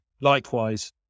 Likewise